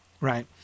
right